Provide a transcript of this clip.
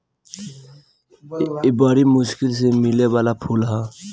इ बरी मुश्किल से मिले वाला फूल ह